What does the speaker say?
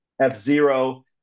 F-Zero